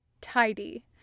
tidy